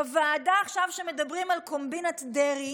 בוועדה שבה מדברים עכשיו על קומבינת דרעי